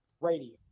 radio